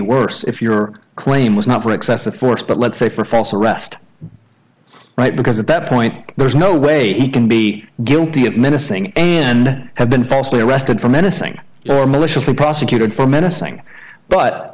worse if your claim was not for excessive force but let's say for false arrest right because at that point there's no way he can be guilty of menacing and have been falsely arrested for menacing or malicious or prosecuted for menacing but